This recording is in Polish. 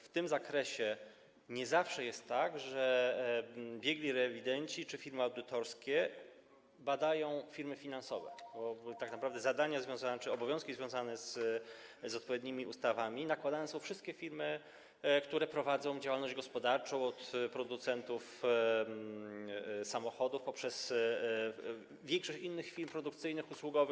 W tym zakresie nie zawsze jest tak, że biegli rewidenci czy firmy audytorskie badają firmy finansowe, bo tak naprawdę zadania czy obowiązki związane z odpowiednimi ustawami nakładane są na wszystkie firmy, które prowadzą działalność gospodarczą: od producentów samochodów po większość innych firm produkcyjnych i usługowych.